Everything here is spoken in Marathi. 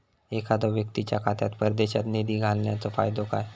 एखादो व्यक्तीच्या खात्यात परदेशात निधी घालन्याचो फायदो काय?